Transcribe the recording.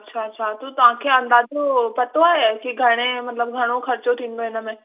अच्छा अच्छा तव्हांखे अंदाजो पतो आहे की घणे मतिलबु घणो खर्च थींदो इनमें